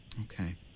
Okay